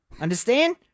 Understand